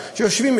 כשיושבים,